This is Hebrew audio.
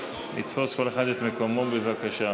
לא בידע שיש לעולם על הנגיף הזה ולא ביכולת להתמודד איתו.